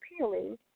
appealing